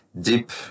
deep